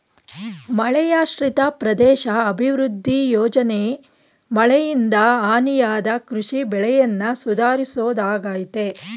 ಮಳೆಯಾಶ್ರಿತ ಪ್ರದೇಶ ಅಭಿವೃದ್ಧಿ ಯೋಜನೆ ಮಳೆಯಿಂದ ಹಾನಿಯಾದ ಕೃಷಿ ಬೆಳೆಯನ್ನ ಸುಧಾರಿಸೋದಾಗಯ್ತೆ